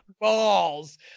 Balls